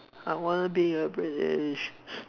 I want to be a British